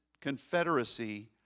confederacy